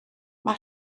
mae